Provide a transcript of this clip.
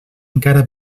encara